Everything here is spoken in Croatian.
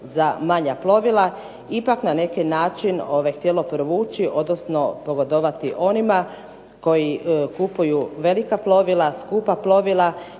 za manja plovila ipak na neki način htjelo privući, odnosno pogodovati onima koji kupuju velika plovila, skupa plovila